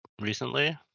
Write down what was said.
recently